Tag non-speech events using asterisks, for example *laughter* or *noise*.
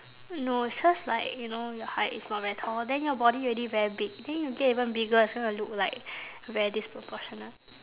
no it's cause like you know your height is not very tall then your body already very big then you'll get even bigger so you will look like *breath* very disproportionate